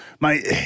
mate